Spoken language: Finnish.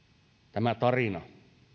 tämä tarina